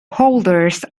holders